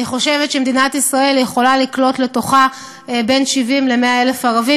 אני חושבת שמדינת ישראל יכולה לקלוט לתוכה בין 70,000 ל-100,000 ערבים.